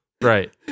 Right